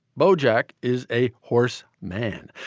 bojack is a horse man,